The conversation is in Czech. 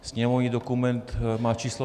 Sněmovní dokument má číslo 2646.